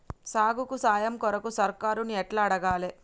సాగుకు సాయం కొరకు సర్కారుని ఎట్ల అడగాలే?